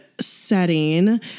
setting